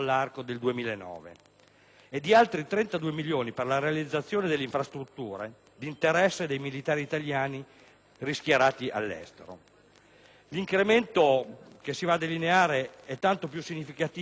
e di altri 32 milioni per la realizzazione delle infrastrutture d'interesse dei militari italiani nuovamente schierati all'estero. L'incremento che si va a delineare è tanto più significativo se si tiene conto